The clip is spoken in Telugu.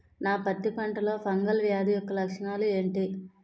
నా పత్తి పంటలో ఫంగల్ వ్యాధి యెక్క లక్షణాలు ఏంటి?